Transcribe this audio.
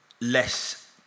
less